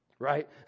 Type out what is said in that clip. Right